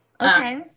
Okay